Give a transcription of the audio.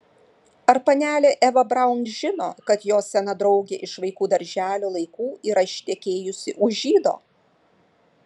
ar panelė eva braun žino kad jos sena draugė iš vaikų darželio laikų yra ištekėjusi už žydo